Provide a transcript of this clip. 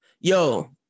Yo